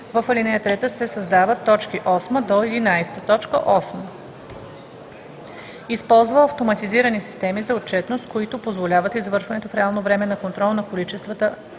в ал. 3 се създават т. 8-11: „8. използва автоматизирани системи за отчетност, които позволяват извършването в реално време на контрол на количествата